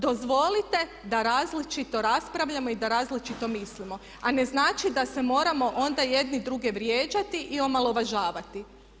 Dozvolite da različito raspravljamo i da različito mislimo, a ne znači da se moramo onda jedni druge vrijeđati i omalovažavati.